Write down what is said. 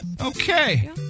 Okay